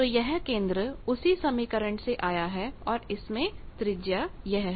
तो यह केंद्र उसे समीकरण से आया है और इसमें त्रिज्या यह है